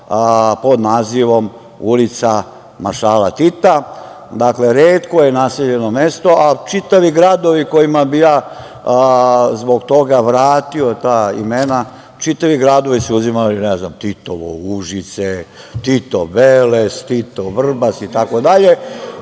pod nazivom ulica maršala Tita. Retko je naseljeno mesto, a čitavi gradovi kojima bi ja zbog toga vratio ta imena, čitavi gradovi su uzimali, ne znam, Titovo Užice, Titov Veles, Titov Vrbas itd.Sećam